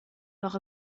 doch